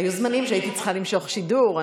היו זמנים שהייתי צריכה למשוך שידור.